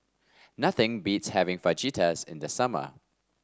nothing beats having Fajitas in the summer